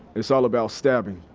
it's all about stabbing.